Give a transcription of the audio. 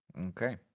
Okay